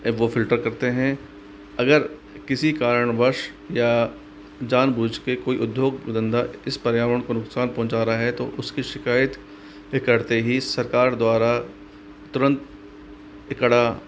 वो फ़िल्टर करते हैं अगर किसी कारणवश या जानबूझ के कोई उद्योग धंधा इस पर्यावरण को नुकसान पहुँचा रहा है तो उसकी शिकायत करते ही सरकार द्वारा तुरंत एक कड़ा